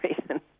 reason